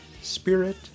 Spirit